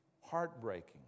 heartbreaking